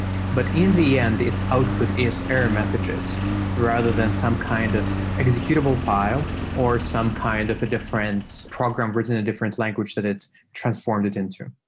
but in the end, it's output is error messages rather than some kind of executable file or some kind of a different program written in a different language that it transformed it into.